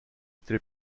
tre